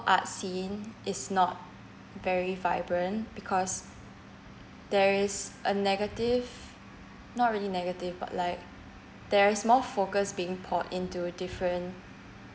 arts scene is not very vibrant because there is a negative not really negative but like there is more focused being poured into different